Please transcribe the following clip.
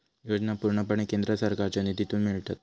योजना पूर्णपणे केंद्र सरकारच्यो निधीतून मिळतत